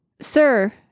Sir